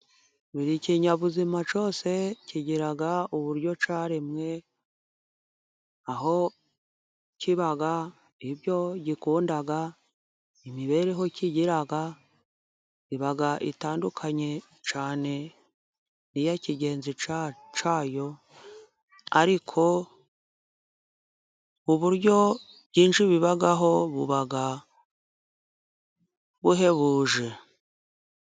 Buri kinyabuzima cyose kigira uburyo cyaremwe. Aho kiba, ibyo gikunda, imibereho kigira iba itandukanye cyane n' iya kigenzi cyayo, ariko uburyo byinshi bubaho, buba buhebuje.